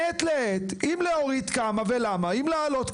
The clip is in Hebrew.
אם אנחנו לא נשלם לעובד הזר